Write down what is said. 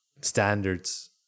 Standards